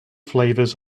flavors